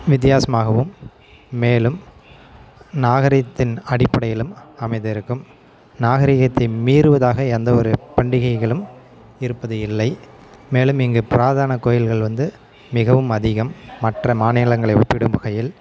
வித்தியாசமாகவும் மேலும் நாகரியத்தின் அடிப்படையிலும் அமைந்திருக்கும் நாகரிகத்தை மீறுவதாக எந்த ஒரு பண்டிகைகளும் இருப்பது இல்லை மேலும் இங்கு புராதான கோயில்கள் வந்து மிகவும் அதிகம் மற்ற மாநிலங்களை ஒப்பிடும் வகையில்